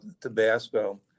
Tabasco